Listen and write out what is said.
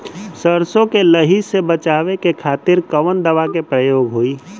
सरसो के लही से बचावे के खातिर कवन दवा के प्रयोग होई?